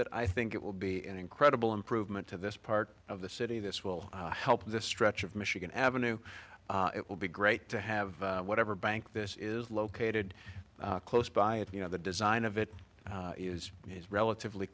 it i think it will be an incredible improvement to this part of the city this will help this stretch of michigan avenue it will be great to have whatever bank this is located close by it you know the design of it is relatively